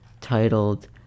titled